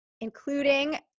including